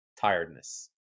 tiredness